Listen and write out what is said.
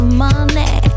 money